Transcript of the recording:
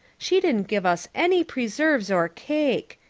she didn't give us any preserves or cake.